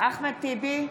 אחמד טיבי,